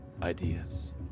ideas